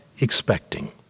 expecting